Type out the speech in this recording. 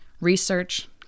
research